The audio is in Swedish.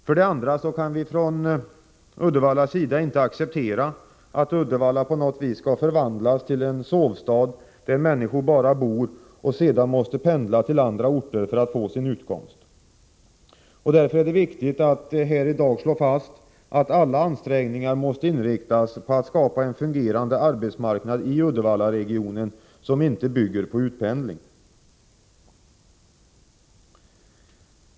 För det andra kan vi från Uddevallas sida inte acceptera att Uddevalla på något vis skall förvandlas till en sovstad, där människor bara bor och måste pendla till andra orter för att få sin utkomst. Därför är det viktigt att här i dag slå fast att alla ansträngningar måste inriktas på att skapa en fungerande arbetsmarknad i Uddevallaregionen som inte bygger på utpendling.